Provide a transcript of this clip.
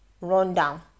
rundown